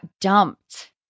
dumped